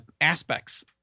aspects